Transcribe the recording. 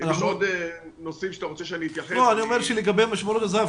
--- אם יש עוד נושאים שאני רוצה שאתייחס --- לגבי משמרות הזה"ב,